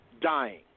dying